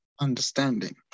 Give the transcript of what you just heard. understanding